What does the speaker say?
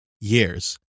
years